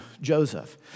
Joseph